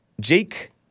Jake